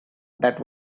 that